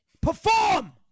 Perform